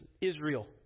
Israel